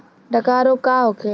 डकहा रोग का होखे?